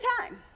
time